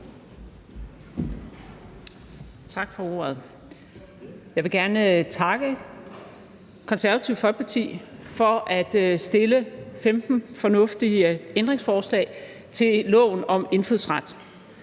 Tak for ordet. Jeg vil gerne takke Det Konservative Folkeparti for at stille 15 fornuftige ændringsforslag til lovforslaget om indfødsret.